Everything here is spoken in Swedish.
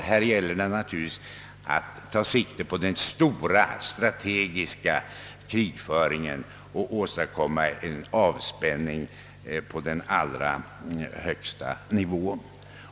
Här gäller det att ta sikte på den stora, strategiska krigföringen och att åstadkomma en avspänning på högsta nivå.